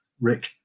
Rick